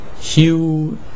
Hugh